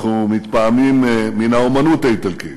אנחנו מתפעמים מן האמנות האיטלקית,